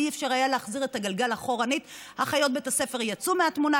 ולא היה אפשר להחזיר את הגלגל אחורנית: אחיות בית הספר יצאו מהתמונה,